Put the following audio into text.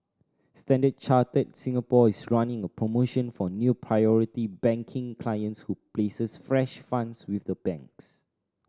Standard Chartered Singapore is running a promotion for new Priority Banking clients who places fresh funds with the bank